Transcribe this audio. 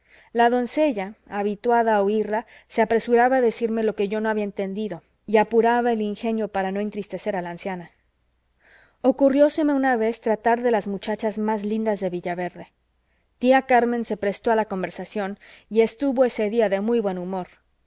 la doncella habituada a oirla se apresuraba a decirme lo que yo no había entendido y apuraba el ingenio para no entristecer a la anciana ocurrióseme una vez tratar de las muchachas más lindas de villaverde tía carmen se prestó a la conversación y estuvo ese día de muy buen humor